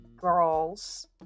girls